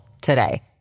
today